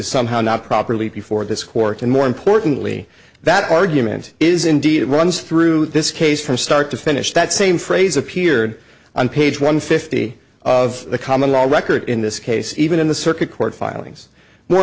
somehow not properly before this court and more importantly that argument is indeed runs through this case from start to finish that same phrase appeared on page one fifty of the common law record in this case even in the circuit court filings more